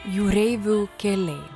jūreivių keliai